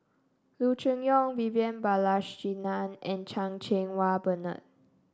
Loo Choon Yong Vivian Balakrishnan and Chan Cheng Wah Bernard